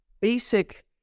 basic